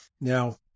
Now